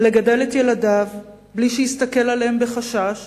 לגדל את ילדיו בלי שיסתכל עליהם בחשש